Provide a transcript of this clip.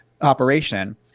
operation